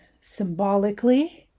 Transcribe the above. symbolically